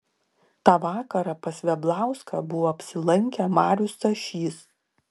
tą vakarą pas veblauską buvo apsilankę marius stašys